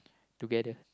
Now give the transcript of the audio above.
together